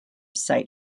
site